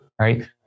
right